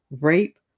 rape